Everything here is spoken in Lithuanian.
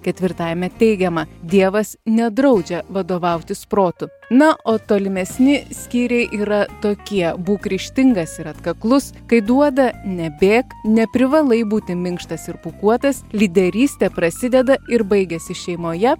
ketvirtajame teigiama dievas nedraudžia vadovautis protu na o tolimesni skyriai yra tokie būk ryžtingas ir atkaklus kai duoda nebėk neprivalai būti minkštas ir pūkuotas lyderystė prasideda ir baigiasi šeimoje